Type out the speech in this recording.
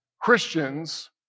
Christians